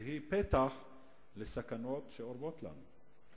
והיא פתח לסכנות שאורבות לנו.